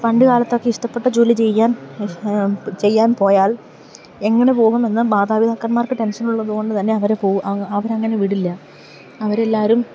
പണ്ടുകാലത്തെക്കെ ഇഷ്ടപ്പെട്ട ജോലി ചെയ്യാൻ ചെയ്യാൻ പോയാൽ എങ്ങനെ പോകുമെന്ന് മാതാപിതാക്കന്മാർക്ക് ടെൻഷനുള്ളതുകൊണ്ടുതന്നെ അവര് അവരങ്ങനെ വിടില്ല അവരെല്ലാവരും